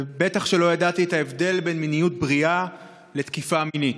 בטח שלא ידעתי את ההבדל בין מיניות בריאה לתקיפה מינית.